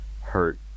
hurt